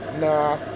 Nah